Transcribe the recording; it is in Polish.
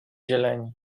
zieleni